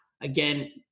again